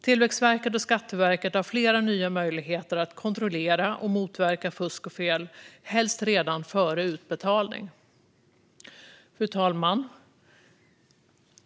Tillväxtverket och Skatteverket har flera nya möjligheter att kontrollera och motverka fusk och fel, helst redan före utbetalning. Fru talman!